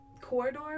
corridor